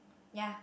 ya